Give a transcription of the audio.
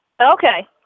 Okay